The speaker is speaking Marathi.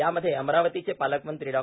यामध्ये अमरावतीचे पालकमंत्री डॉ